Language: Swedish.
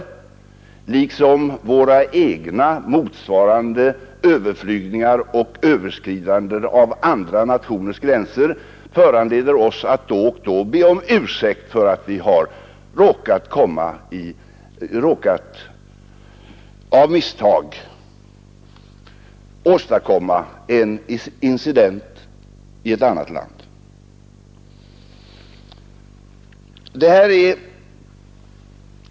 På samma sätt föranleder våra egna överflygningar och överskridanden av andra nationers gränser oss att då och då be om ursäkt för att vi av misstag råkat åstadkomma en incident i ett annat land.